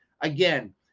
Again